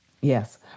Yes